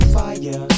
fire